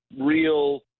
real